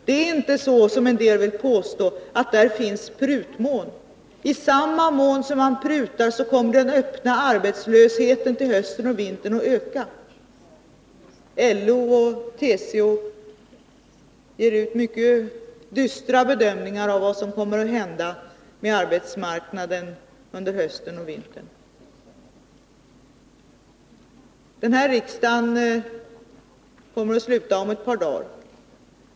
Det är inte så som en del vill påstå, att det finns en prutmån där. I den mån som man prutar kommer den öppna arbetslösheten till hösten och vintern att öka. LO och TCO för fram mycket dystra bedömningar av vad som kommer att hända med arbetsmarknaden under hösten och vintern. Den här riksdagen kommer att sluta om ett par dagar.